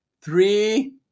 three